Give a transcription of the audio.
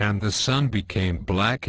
and the sun became black